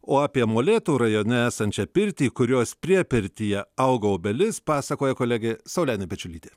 o apie molėtų rajone esančią pirtį kurios priepirtyje augo obelis pasakoja kolegė saulenė pečiulytė